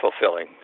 fulfilling